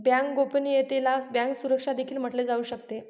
bank गोपनीयतेला bank सुरक्षा देखील म्हटले जाऊ शकते